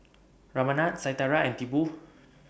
Ramnath Satyendra and Tipu